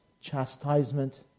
chastisement